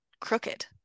crooked